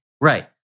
Right